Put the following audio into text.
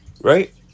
right